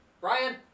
Brian